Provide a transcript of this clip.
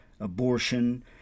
abortion